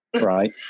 right